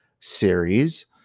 series